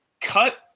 cut